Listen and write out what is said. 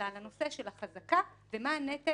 אלא על הנושא של החזקה ומה הנטל